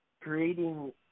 creating